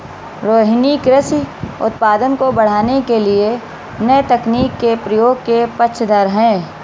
रोहिनी कृषि उत्पादन को बढ़ाने के लिए नए तकनीक के प्रयोग के पक्षधर है